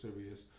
serious